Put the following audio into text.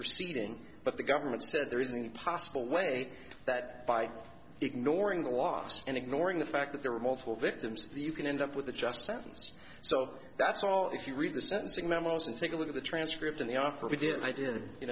proceeding but the government says there isn't any possible way that by ignoring the loss and ignoring the fact that there were multiple victims you can end up with a just sentence so that's all if you read the sentencing memos and take a look at the transcript of the offer we did i did you